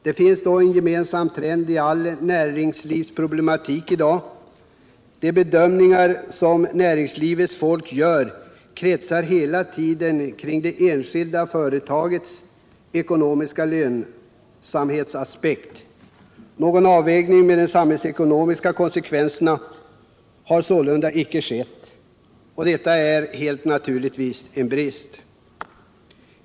Det finns då en gemensam trend i all näringslivsproblematik i dag — de bedömningar som näringslivets folk gör kretsar hela tiden kring det enskilda företagets ekonomiska lönsamhetsaspekt. Någon avvägning mot de samhällsekonomiska konsekvenserna har sålunda icke skett. Detta är helt naturligt en brist.